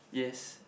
yes